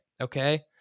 okay